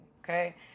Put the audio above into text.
Okay